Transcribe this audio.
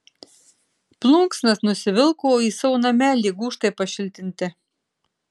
plunksnas nusivilko į savo namelį gūžtai pašiltinti